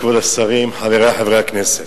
השרים, חברי חברי הכנסת,